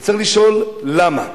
וצריך לשאול למה.